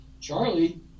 Charlie